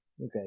okay